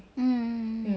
mm